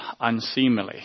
unseemly